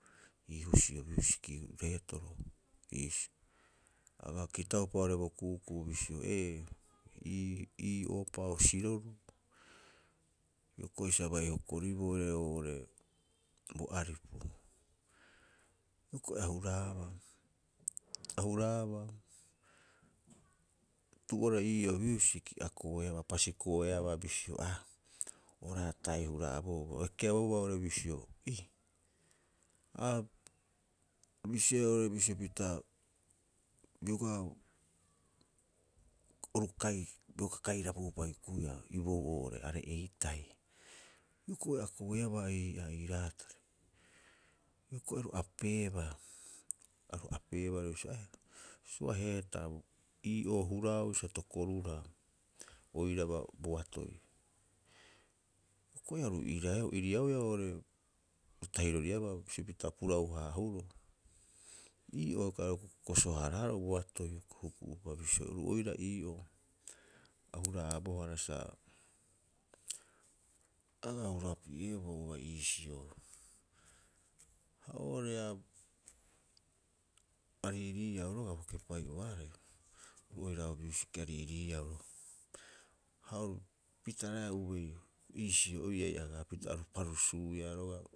Iihusio miusiki reetoro iisio. A aga kitaupa oo'ore bo ku'uku'u bisio ee, ii- ii ohopao siroruu hioko'i sa bai hokoriboo oirai oo'ore bo aripu. Hioko''i a huraaba, a huraaba, tu'uoaroha ii'oo muusiki a koeaba a pasiko'eaba bisio a, o raatai huraabouba o ekeabouba oo'ore bisio e, a bisioea oo'ore bisio pita bioga oru kai bioga kairapiu'upa hukuiia iboou oo'ore are'ei tahi. Hioko'i a koeabaa ii'aa ii'raatari, hioko'i aru apeebaa aru apeeba oo'ore bisio ae, suhaheetaa ii'oo huraau sa tokoruraa oiraba bo atoi. Hiok'oi aru iriau- iriauiia oo'ore tahiroriaba bisio pita purau- haahuroo. Ii'oo aarei kokoso- haaraaroo bo atoi huku'upa bisio oru oira ii'oo a huraabohara sa aga hurapi'eeboo ubai iisio. Ha oo'ore a, a riiriiau roga'a bo kepai'uaarei, oru oira o miusiki a riiriiau. Ha oru, pitaraea uei iisio iiai agaa pita aru parusuuia roga'a.